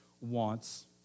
wants